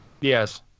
yes